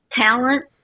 talent